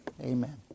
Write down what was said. amen